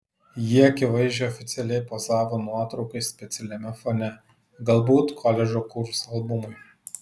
ji akivaizdžiai oficialiai pozavo nuotraukai specialiame fone galbūt koledžo kurso albumui